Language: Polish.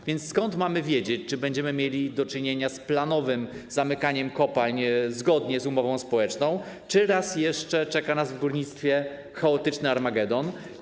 A więc skąd mamy wiedzieć, czy będziemy mieli do czynienia z planowym zamykaniem kopalń zgodnie z umową społeczną, czy raz jeszcze czeka nas w górnictwie chaotyczny armagedon?